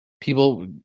people